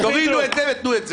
תורידו את זה ותנו את זה.